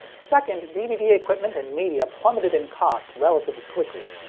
second, dvd equipment and media plummeted in cost relatively quickly.